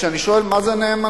כשאני שואל מה זה נאמנות,